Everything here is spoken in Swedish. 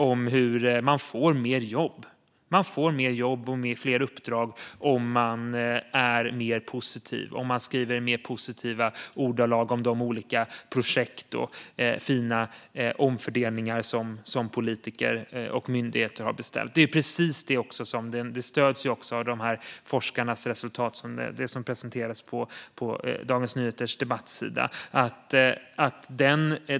Han har berättat att man får fler uppdrag om man skriver positivt om de olika projekt och omfördelningar som politiker och myndigheter har beställt. Precis detta stöds också av de forskningsresultat som presenterades på DN Debatt.